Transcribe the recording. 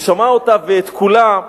ושמע אותה ואת כולה,